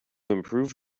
improve